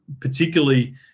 particularly